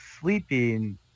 sleeping